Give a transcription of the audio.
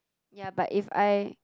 ya but if I